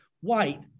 white